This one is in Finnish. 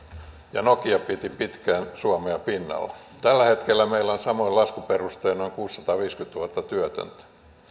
ja nokia piti pitkään suomea pinnalla tällä hetkellä meillä on samoin laskuperustein noin kuusisataaviisikymmentätuhatta työtöntä